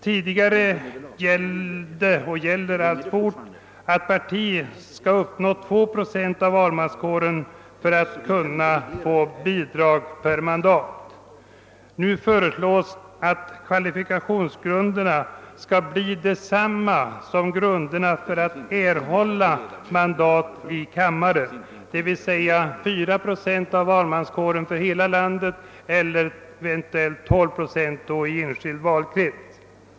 Tidigare gällde och gäller alltjämt att ett parti skall ha uppnått 2 procent av valmanskåren för att bidrag per mandat skall kunna utgå. Nu föreslås att kvalifikationsgrunderna skall bli desamma som grunderna för erhållande av mandat, d. v. s. 4 procent av valmanskåren i hela landet eller eventuellt 12 procent i enskild valkrets.